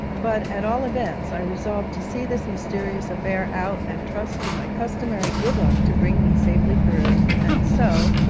but, at all events, i resolved to see this mysterious affair out, and trust to my customary good luck to bring me safely through, and so,